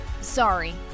Sorry